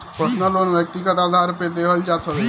personal loan व्यक्तिगत आधार पे देहल जात हवे